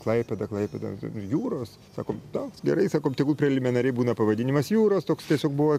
klaipėda klaipėda jūros sakom toks gerai sakom tegu preliminariai būna pavadinimas jūros toks tiesiog buvo